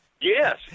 Yes